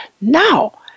Now